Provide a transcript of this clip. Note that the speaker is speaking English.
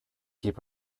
keep